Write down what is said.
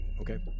Okay